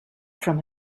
from